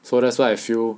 so that's why I feel